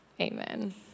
amen